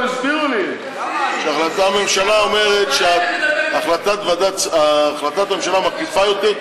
אבל הסבירו לי שהממשלה אומרת שהחלטת הממשלה מקיפה יותר,